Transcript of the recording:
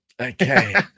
Okay